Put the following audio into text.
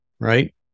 right